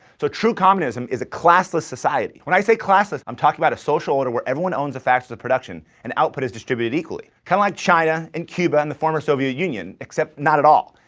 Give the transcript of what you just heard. so true communism is a classless society. when i say classless, i'm talking about a social order where everyone owns the factors of production, and output is distributed equally. kind of like china, and cuba and the former soviet union, except not at all.